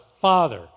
Father